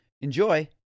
Enjoy